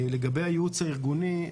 לגבי הייעוץ הארגוני,